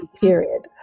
period